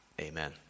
amen